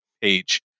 page